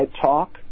Talk